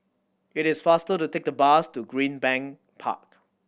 it is faster to take the bus to Greenbank Park